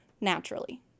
naturally